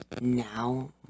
now